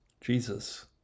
Jesus